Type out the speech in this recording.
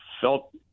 felt